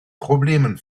problemen